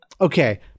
okay